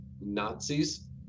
nazis